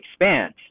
expand